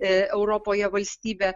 e europoje valstybe